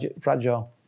fragile